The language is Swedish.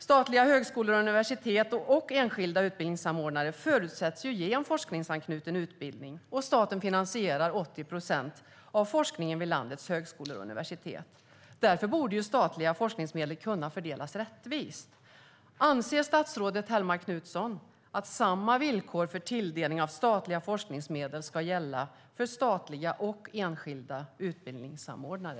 Statliga högskolor och universitet och enskilda utbildningsanordnare förutsätts ju ge en forskningsanknuten utbildning, och staten finansierar 80 procent av forskningen vid landets högskolor och universitet. Därför borde statliga forskningsmedel kunna fördelas rättvist. Anser statsrådet Hellmark Knutsson att samma villkor för tilldelning av statliga forskningsmedel ska gälla för statliga och enskilda utbildningsanordnare?